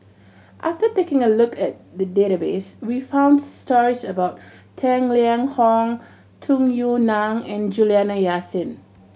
after taking a look at the database we found stories about Tang Liang Hong Tung Yue Nang and Juliana Yasin